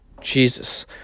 Jesus